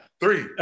three